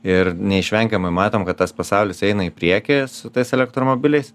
ir neišvengiamai matom kad tas pasaulis eina į priekį su tais elektromobiliais